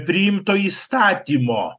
priimto įstatymo